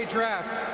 Draft